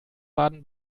baden